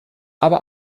aber